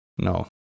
No